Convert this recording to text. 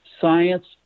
science